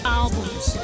albums